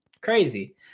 crazy